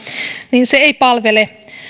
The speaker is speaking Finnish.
niin se ei palvele